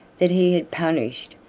that he had punished,